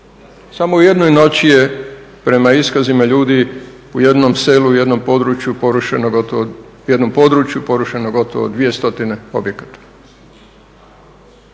Samo u jednoj noći je prema iskazima ljudi u jednom selu, u jednom području porušeno gotovo 200 objekata.